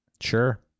Sure